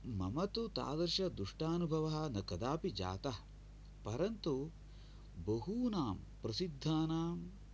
मम तु तादृश दुष्टानुभवः न कदापि जातः परन्तु बहूनां प्रसिद्धानां